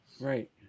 Right